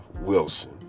Wilson